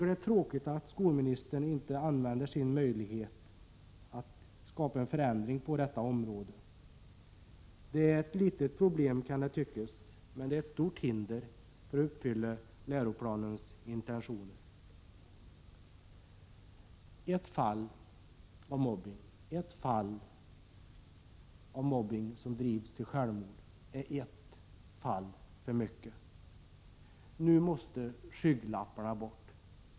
Det är tråkigt att skolministern inte använder sin möjlighet att skapa en förändring på detta område. Det kan tyckas vara ett litet problem, men det är ett stort hinder för att uppfylla läroplanens intentioner. Ett fall av mobbning som leder till självmord är ett fall för mycket. Nu måste skygglapparna bort.